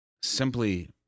simply